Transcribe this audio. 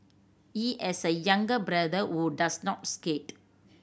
he has a younger brother who does not skate